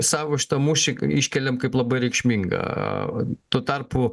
savo šitą mūšį iškeliam kaip labai reikšmingą tuo tarpu